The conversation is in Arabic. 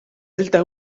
زلت